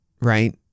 Right